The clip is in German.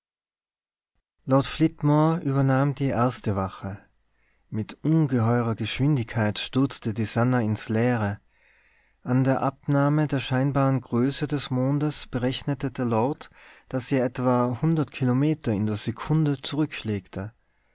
flitmore übernahm die erste wache mit ungeheurer geschwindigkeit stürzte die sannah ins leere an der abnahme der scheinbaren größe des mondes berechnete der lord daß sie etwa kilometer in der sekunde